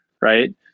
right